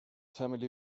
family